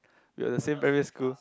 we are the same primary school